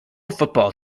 football